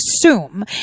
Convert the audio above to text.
assume